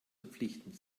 verpflichtend